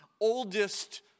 oldest